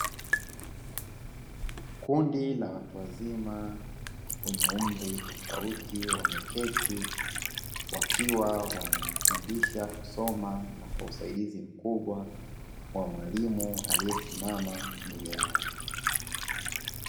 Kundi la watu wazima wenye umri tofauti wameketi wakiwa wanajifundisha kusoma na kwausaidizi mkubwa wa mwalimu aliyesimama mbele yao.